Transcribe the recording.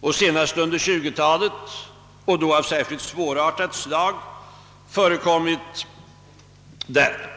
och senast under 1920-talet — och då av särskilt svårartat slag — förekom där.